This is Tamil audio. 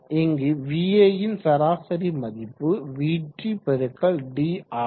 இங்கு va ன் சராசரி மதிப்பு vt x dஆகும்